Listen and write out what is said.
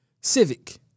Civic